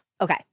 Okay